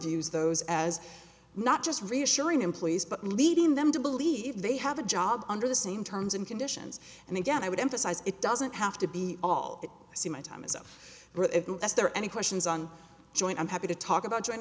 used those as not just reassuring employees but leading them to believe they have a job under the same terms and conditions and again i would emphasize it doesn't have to be all see my time is up there any questions on joint i'm happy to talk about join